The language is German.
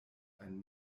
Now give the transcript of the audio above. ein